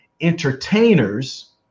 entertainers